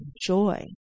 joy